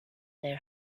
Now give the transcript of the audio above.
their